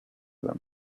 them